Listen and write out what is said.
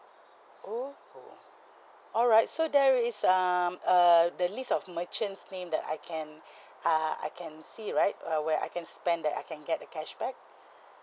oh alright so there is um err the list of merchants name that I can uh I can see right uh where I can spend that I can get the cashback